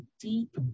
deep